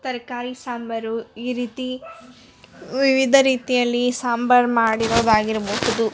ತರಕಾರಿ ಸಾಂಬರು ಈ ರೀತಿ ವಿವಿಧ ರೀತಿಯಲ್ಲಿ ಸಾಂಬರು ಮಾಡಿರೋದಾಗಿರ್ಬಹುದು